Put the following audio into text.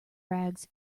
rags